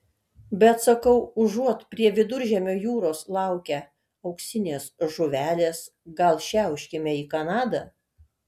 bet sakau užuot prie viduržemio jūros laukę auksinės žuvelės gal šiauškime į kanadą